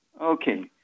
Okay